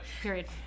Period